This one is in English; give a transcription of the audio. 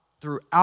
throughout